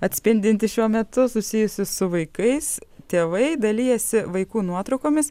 atspindinti šiuo metu susijusi su vaikais tėvai dalijasi vaikų nuotraukomis